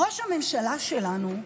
ראש הממשלה שלנו,